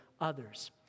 others